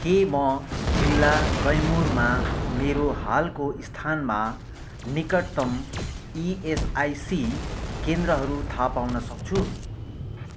के म जिल्ला कैमुरमा मेरो हालको स्थानमा निकटतम इएसआइसी केन्द्रहरू थाहा पाउन सक्छु